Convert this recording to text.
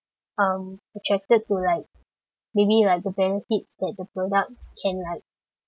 um attracted to like maybe like the benefits that the product can like